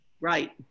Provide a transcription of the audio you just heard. right